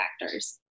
factors